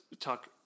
talk